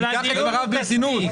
קח את דבריו ברצינות.